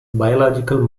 biological